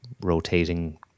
rotating